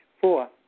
Four